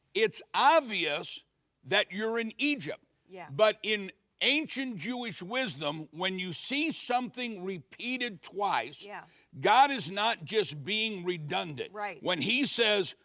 it's obvious that you're in egypt. yeah. but in ancient jewish wisdom when you see something repeated twice, yeah god is not just being redundant. right. when he says,